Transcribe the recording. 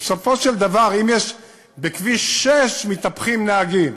ובסופו של דבר, בכביש 6 מתהפכים נהגים.